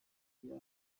nyuma